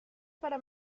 para